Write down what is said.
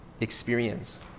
experience